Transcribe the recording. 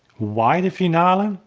why the finale?